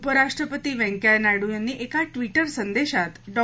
उपराष्ट्रपती व्यंकैय्या नायडू यांनी एका ट्विटर संदेशात डॉ